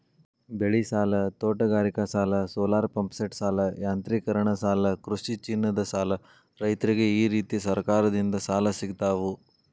ಬೆಳಿಸಾಲ, ತೋಟಗಾರಿಕಾಸಾಲ, ಸೋಲಾರಪಂಪ್ಸೆಟಸಾಲ, ಯಾಂತ್ರೇಕರಣಸಾಲ ಕೃಷಿಚಿನ್ನದಸಾಲ ರೈತ್ರರಿಗ ಈರೇತಿ ಸರಕಾರದಿಂದ ಸಾಲ ಸಿಗ್ತಾವು